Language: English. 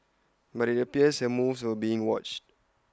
but IT appears her moves were being watched